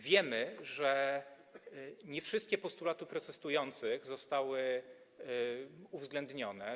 Wiemy, że nie wszystkie postulaty protestujących zostały uwzględnione.